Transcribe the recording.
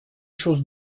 chose